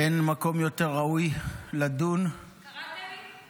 אין מקום יותר ראוי לדון --- קראת לי?